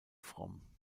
fromm